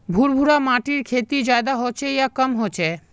भुर भुरा माटिर खेती ज्यादा होचे या कम होचए?